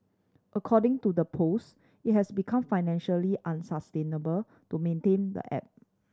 according to the post it has become financially unsustainable to maintain the app